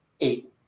eight